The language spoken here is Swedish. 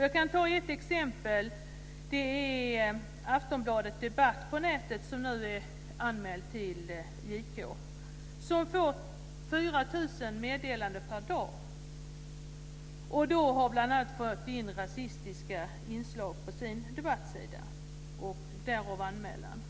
Jag kan ta ett exempel, Aftonbladet debatt på nätet som nu är anmält till JK och som får 4 000 meddelanden per dag. De har bl.a. fört in rasistiska inslag på sin debattsida, därav anmälan.